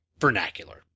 vernacular